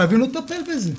חייבים לטפל בזה.